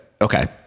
okay